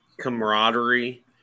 camaraderie